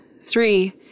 three